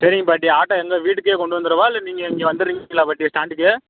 சரிங்க பாட்டி ஆட்டோ எங்கே வீட்டுக்கே கொண்டு வந்துரவா இல்லை நீங்கள் இங்கே வந்துருவீங்களா பாட்டி ஸ்டாண்டுக்கு